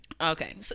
Okay